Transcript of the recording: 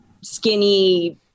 skinny